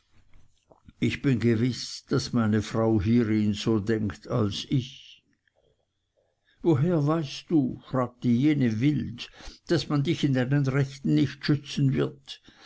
ich bin gewiß daß meine frau hierin so denkt als ich woher weißt du fragte jene wild daß man dich in deinen rechten nicht schützen wird